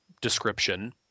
description